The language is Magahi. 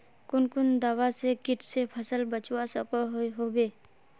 कुन कुन दवा से किट से फसल बचवा सकोहो होबे?